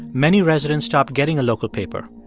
many residents stopped getting a local paper.